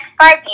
five